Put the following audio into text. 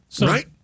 Right